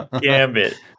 Gambit